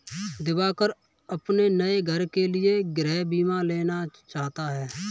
दिवाकर अपने नए घर के लिए गृह बीमा लेना चाहता है